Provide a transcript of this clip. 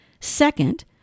Second